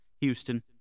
Houston